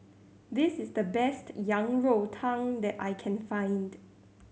this is the best Yang Rou Tang that I can find